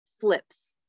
flips